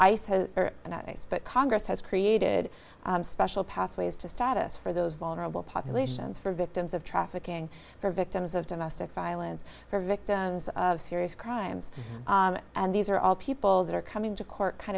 but congress has created special pathways to status for those vulnerable populations for victims of trafficking for victims of domestic violence for victims of serious crimes and these are all people that are coming to court kind